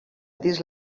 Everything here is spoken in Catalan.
dins